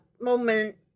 moment